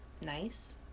nice